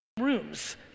rooms